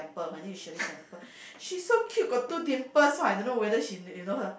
her name is Shirley-Temple she so cute got two dimple so I don't know whether she you know her